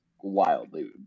wildly